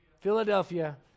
Philadelphia